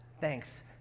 Thanks